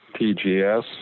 TGS